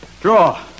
Draw